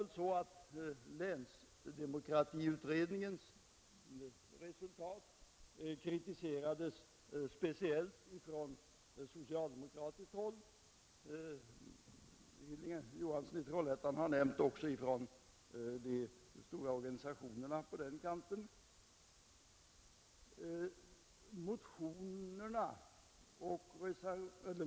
Länsdemokratiutredningens resultat kritiserades speciellt från socialdemokratiskt håll — herr Johansson i Trollhättan nämnde också de stora organisationerna på den kanten.